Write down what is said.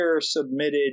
submitted